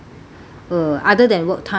other than work time